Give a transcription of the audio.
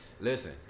Listen